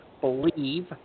believe